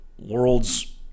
world's